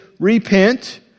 repent